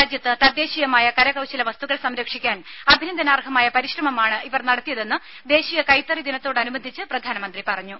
രാജ്യത്ത് തദ്ദേശീയമായ കരകൌശല വസ്തുക്കൾ സംരക്ഷിക്കാൻ അഭിനന്ദനാർഹമായ പരിശ്രമമാണ് ഇവർ നടത്തിയതെന്ന് ദേശീയ കൈത്തറി ദിനത്തോടനുബന്ധിച്ച് പ്രധാനമന്ത്രി പറഞ്ഞു